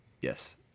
Yes